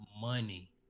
money